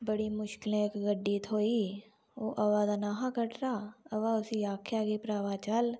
बड़ी मुश्किलैं इक गड्डी थ्होई ओह् आवा दा निं हा कटरा आवा उस्सी आखेआ भईया चल